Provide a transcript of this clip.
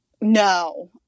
No